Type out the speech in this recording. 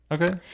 okay